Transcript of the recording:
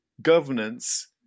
governance